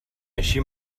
així